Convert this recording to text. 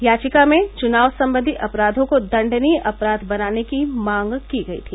याचिका में चुनाव संबंदी अपराधो को दंडनीय अपराध बनाने की मांग की गई थी